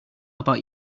about